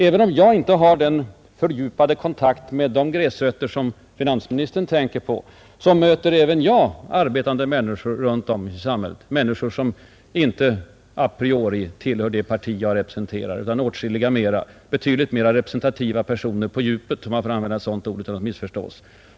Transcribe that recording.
Även om jag inte har den nära kontakt med de gräsrötter som finansministern tänker på, möter även jag åtskilliga arbetande människor runt om i samhället, vilka inte a priori tillhör det parti jag representerar utan företräder hela folket.